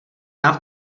nám